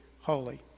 holy